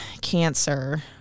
cancer